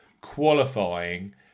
qualifying